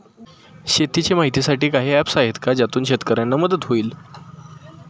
शेतीचे माहितीसाठी काही ऍप्स आहेत का ज्यातून शेतकऱ्यांना मदत होईल?